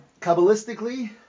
Kabbalistically